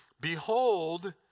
Behold